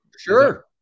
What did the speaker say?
sure